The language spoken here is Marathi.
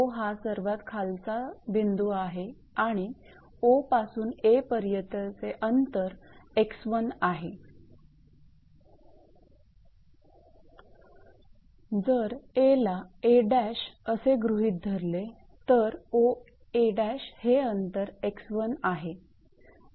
𝑂 हा सर्वात खालचा बिंदू आहे आणि 𝑂 पासून 𝐴 पर्यंतचे अंतर 𝑥1 आहे जर 𝐴 ला 𝐴′ असे गृहीत धरले तर 𝑂𝐴′ हे अंतर 𝑥1 आहे